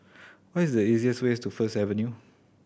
what is the easiest way to First Avenue